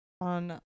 on